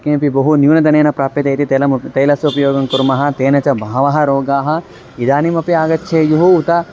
किमपि बहु न्यूनधनेन प्राप्यते इति तैलं तैलस्य उपयोगं कुर्मः तेन च बहवः रोगाः इदानीमपि आगच्छेयुः उत